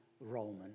Roman